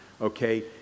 okay